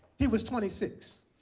he was twenty six.